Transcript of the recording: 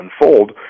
unfold